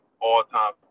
all-time